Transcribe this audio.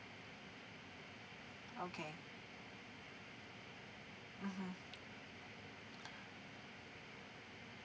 okay mmhmm